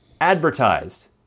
advertised